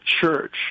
Church